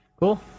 Cool